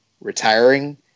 retiring